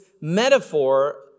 metaphor